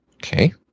Okay